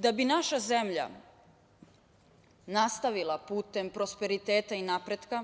Da bi naša zemlja nastavila putem prosperiteta i napretka